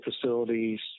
facilities